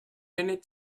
minute